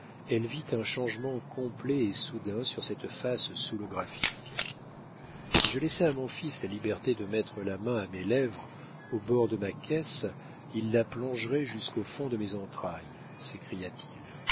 elle vit un changement complet et soudain sur cette face soûlographique si je laissais à mon fils la liberté de mettre la main à mes lèvres au bord de ma caisse il la plongerait jusqu'au fond de mes entrailles